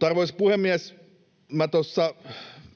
arvoisa puhemies, minä tuossa